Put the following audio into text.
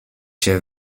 się